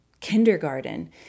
kindergarten